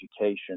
education